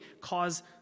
cause